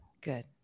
good